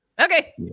Okay